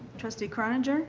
trustee croninger